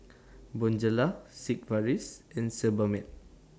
Bonjela Sigvaris and Sebamed